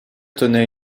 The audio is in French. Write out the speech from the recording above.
tenait